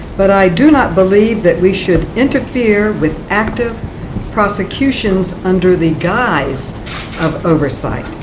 but i do not believe that we should interfere with active prosecutions under the guise of oversight.